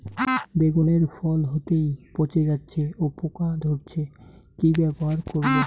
বেগুনের ফল হতেই পচে যাচ্ছে ও পোকা ধরছে কি ব্যবহার করব?